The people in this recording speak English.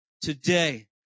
today